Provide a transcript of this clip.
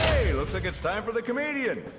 looks like it's time for the comedian.